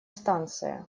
станция